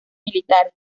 militares